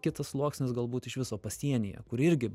kitas sluoksnis galbūt iš viso pasienyje kur irgi